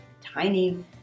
Tiny